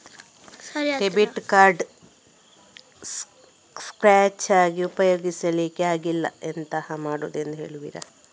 Debit card scratch ಆಗಿ ಉಪಯೋಗಿಸಲ್ಲಿಕ್ಕೆ ಆಗ್ತಿಲ್ಲ, ಎಂತ ಮಾಡುದೆಂದು ಹೇಳುವಿರಾ?